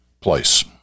place